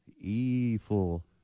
Evil